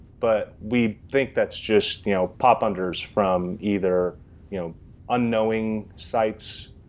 but we think that's just you know pop-unders from either you know unknowing sites,